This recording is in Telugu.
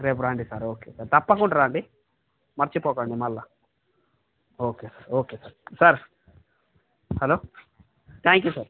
రేపు రండి సారు ఓకే సార్ తప్పకుండా రండి మర్చిపోకండి మళ్ళీ okay sir okay sir sir hello thank you sir